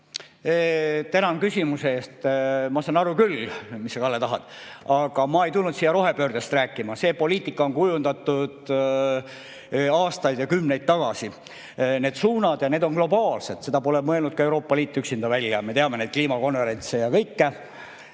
Tänan küsimuse eest! Ma saan aru küll, mis sa, Kalle, tahad. Aga ma ei tulnud siia rohepöördest rääkima. See poliitika on kujundatud aastaid ja kümneid tagasi, need suunad. Ja need on globaalsed, seda pole mõelnud ka Euroopa Liit üksinda välja – me teame neid kliimakonverentse ja kõike.